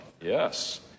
yes